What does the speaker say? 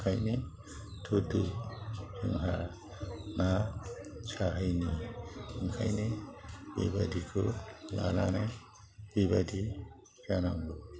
ओंखायनो थुदो जोंहा ना सारहैनि ओंखायनो बेबायदिखौ लानानै बेबायदि जानांगौ